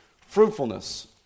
fruitfulness